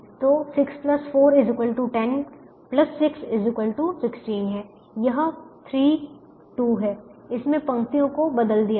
तो 6 4 10 6 16 है यह 3 2 है इसमें पंक्तियों को बदल दिया गया